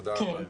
תודה רבה.